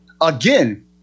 again